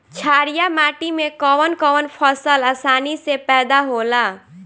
छारिया माटी मे कवन कवन फसल आसानी से पैदा होला?